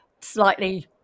slightly